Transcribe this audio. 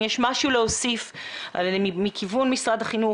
האם יש לך משהו להוסיף מכיוון משרד החינוך